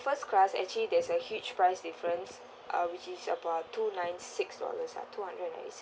first class actually there's a huge price difference uh which is about two nine six dollars uh two hundred and ninety